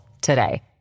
today